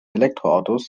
elektroautos